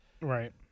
Right